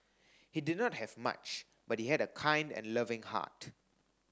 he did not have much but he had a kind and loving heart